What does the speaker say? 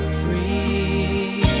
free